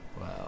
Wow